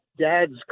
dad's